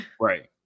Right